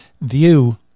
view